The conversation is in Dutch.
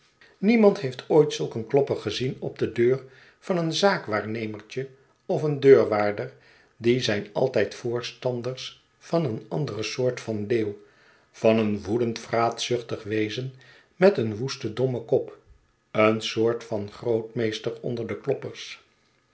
niemand heeft ooit zulk een klopper gezien op de deur van een zaakwaarnemertje of een deurwaarder die zijn altijd voorstanders van een andere soort van leeuw van een woedend vraatzuchtig wezen met een woesten dommen kop een soort van grootmeester onder do kloppers